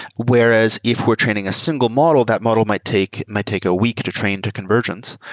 whereas if we're training a single model, that model might take might take a week to train to conversions,